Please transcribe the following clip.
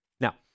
Now